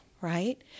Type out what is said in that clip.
right